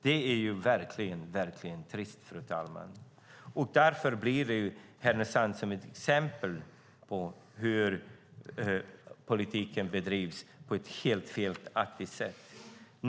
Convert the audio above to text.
Det är verkligen trist, fru talman. Därför blir Härnösand ett exempel på hur politiken bedrivs på ett helt felaktigt sätt.